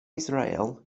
israel